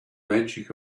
magic